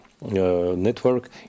network